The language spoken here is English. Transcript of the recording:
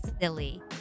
silly